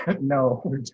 no